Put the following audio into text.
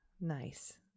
Nice